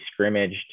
scrimmaged